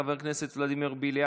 חבר הכנסת אוריאל בוסו,